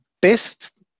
best